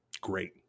great